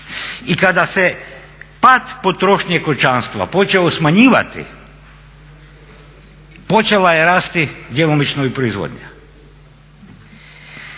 I kada se pad potrošnje kućanstva počeo smanjivati počela je rasti djelomično i proizvodnja.